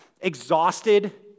exhausted